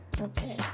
Okay